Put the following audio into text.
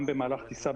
גם במהלך טיסה,